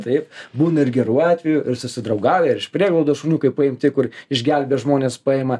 taip būna ir gerų atveju ir susidraugavę ir iš prieglaudos šuniukai paimti kur išgelbėja žmonės paima